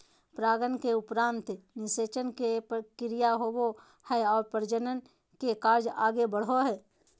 परागन के उपरान्त निषेचन के क्रिया होवो हइ और प्रजनन के कार्य आगे बढ़ो हइ